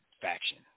faction